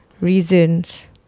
reasons